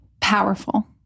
powerful